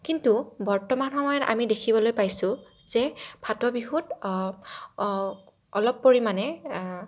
কিন্তু বৰ্তমান সময়ত আমি দেখিবলৈ পাইছোঁ যে ফাটবিহুত অলপ পৰিমানে